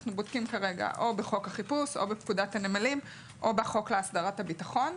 אם בחוק החיפוש או בפקודת הנמלים או בחוק להסדרת הביטחון.